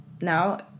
now